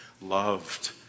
loved